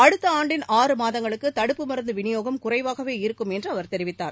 அடுத்த ஆண்டின் ஆறு மாதங்களுக்கு தடுப்பு மருந்து விநியோகம் குறைவாகவே இருக்கும் என்று அவர் தெரிவித்தார்